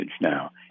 now